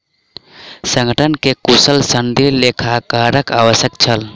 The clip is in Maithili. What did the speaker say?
संगठन के कुशल सनदी लेखाकारक आवश्यकता छल